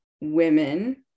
women